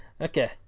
Okay